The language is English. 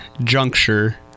juncture